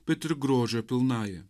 bet ir grožio pilnąja